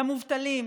למובטלים,